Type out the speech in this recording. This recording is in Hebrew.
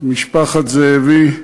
משפחת זאבי,